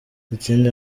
ikindi